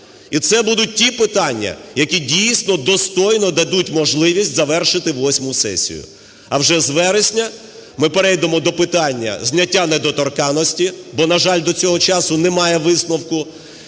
І це будуть ті питання, які дійсно достойно дадуть можливість завершити восьму сесію. А вже з вересня ми перейдемо до питання зняття недоторканності, бо, на жаль, до цього часу немає висновку